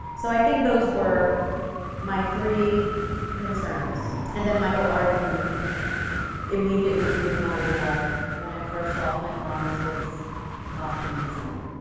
so i think those were my three concerns. and then michael arden immediately blew them out of the water. when i first saw clint ramos' costume design.